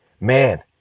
man